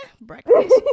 breakfast